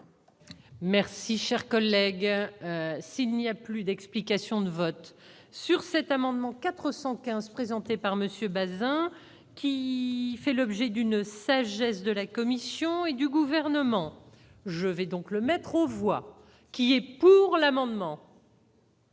Merci, cher collègue, s'il n'y a plus d'explications de vote. Sur cet amendement 415 présenté par Monsieur Bazin qui fait le jet d'une sagesse de la Commission. Sion et du gouvernement, je vais donc le mettre aux voix qui était pour l'amendement.